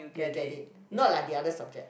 you'll get it not like the other subject